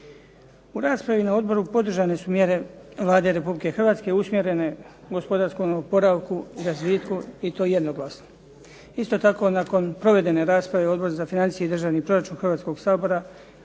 U raspravi na odboru podržane su mjere Vlade Republike Hrvatske usmjerene gospodarskom oporavku, razvitku i to jednoglasno. Isto tako, nakon provedene rasprave Odbor za financije i državni proračun Hrvatskoga sabora